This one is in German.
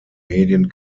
medien